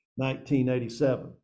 1987